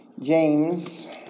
James